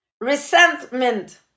resentment